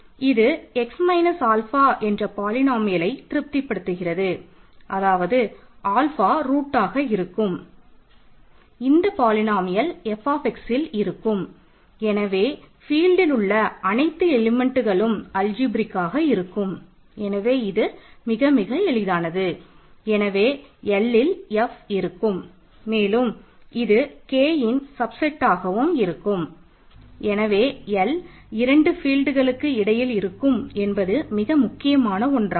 இது x minus இடையில் இருக்கும் என்பது மிக முக்கியமான ஒன்றாகும்